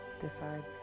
decides